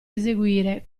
eseguire